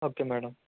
okay madam